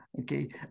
Okay